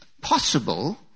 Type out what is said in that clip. possible